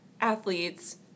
athletes